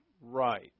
right